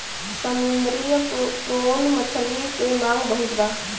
समुंदरी प्रोन मछली के मांग बहुत बा